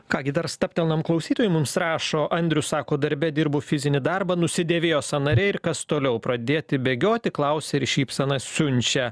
ką gi dar stabtelnam klausytojai mums rašo andrius sako darbe dirbu fizinį darbą nusidėvėjo sąnariai ir kas toliau pradėti bėgioti klausia ir šypseną siunčia